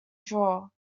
drawer